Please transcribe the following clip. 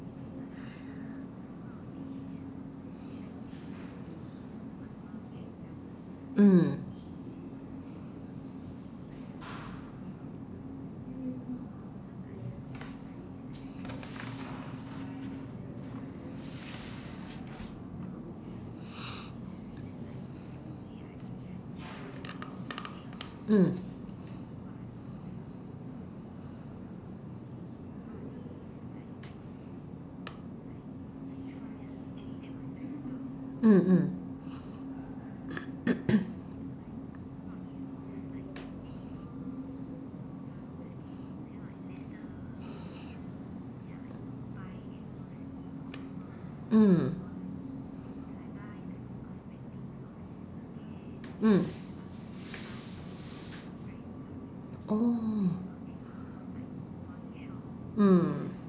mm mm mm mm mm mm oh mm